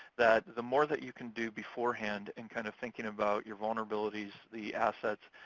that the more that you can do beforehand in kind of thinking about your vulnerabilities, the assets,